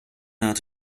out